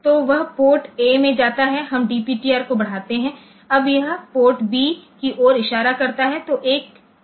तो वह port A में जाता है हम DPTR को बढ़ाते हैं अब यह पोर्ट बी की ओर इशारा करता है